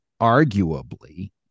arguably